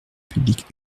publique